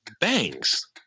bangs